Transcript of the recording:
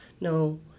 No